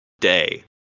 Day